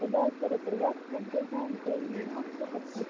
اچھا بہٕ حظ کَرہوو تیٚلہِ وَٹٕس اَپ ڈِزایِن تُہۍ ؤنِو مےٚ اَتھ کوتاہ کھژِ